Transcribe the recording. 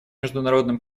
международно